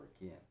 again